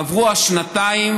עברו השנתיים,